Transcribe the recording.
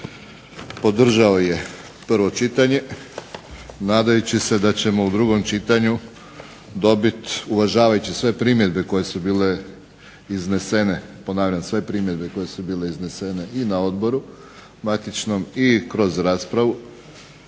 podržao je prvo čitanje nadajući se da ćemo u drugom čitanju dobit uvažavajući sve primjedbe koje su bile iznesene, ponavljam sve primjedbe koje su